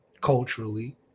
culturally